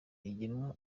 rigenewe